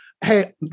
Hey